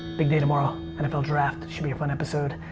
big day tomorrow. nfl draft, should be a fun episode.